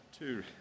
Two